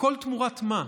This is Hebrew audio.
הכול תמורת מה?